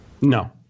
No